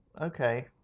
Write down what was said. Okay